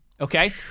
okay